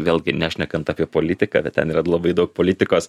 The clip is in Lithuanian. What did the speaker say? vėlgi nešnekant apie politiką bet ten yra labai daug politikos